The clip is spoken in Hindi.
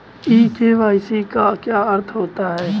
ई के.वाई.सी का क्या अर्थ होता है?